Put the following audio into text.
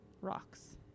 rocks